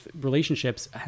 relationships